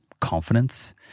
confidence